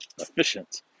efficient